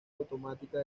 automática